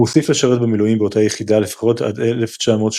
הוא הוסיף לשרת במילואים באותה יחידה לפחות עד 1981.